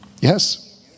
Yes